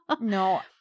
No